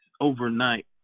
overnight